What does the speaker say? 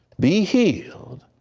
the healed,